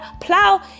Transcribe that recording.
plow